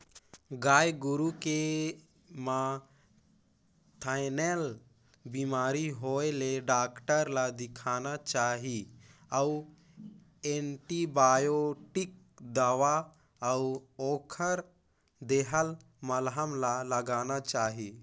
गाय गोरु के म थनैल बेमारी होय ले डॉक्टर ल देखाना चाही अउ एंटीबायोटिक दवा अउ ओखर देहल मलहम ल लगाना चाही